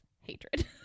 hatred